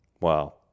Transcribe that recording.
Wow